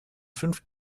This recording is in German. fünf